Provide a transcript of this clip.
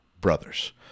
brothers